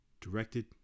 directed